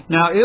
Now